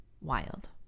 wild